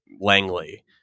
Langley